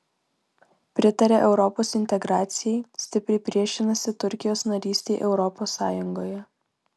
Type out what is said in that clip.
pritaria europos integracijai stipriai priešinasi turkijos narystei europos sąjungoje